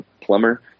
plumber